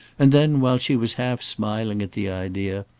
and then, while she was half smiling at the idea,